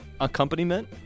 accompaniment